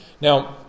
now